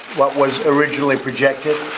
what was originally projected.